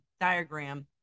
diagram